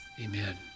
Amen